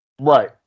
Right